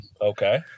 Okay